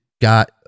got